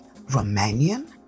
Romanian